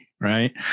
right